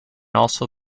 also